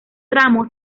tramo